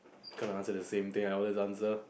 kind of answer the same thing I always answer